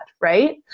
right